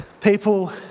People